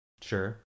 Sure